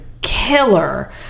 killer